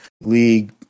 league